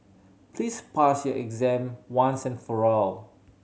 please pass your exam once and for all